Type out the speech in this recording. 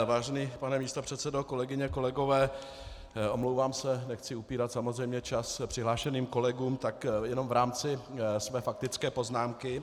Vážený pane místopředsedo, kolegyně, kolegové, omlouvám se, nechci samozřejmě upírat čas přihlášeným kolegům, tak jenom v rámci své faktické poznámky.